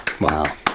Wow